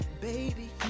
baby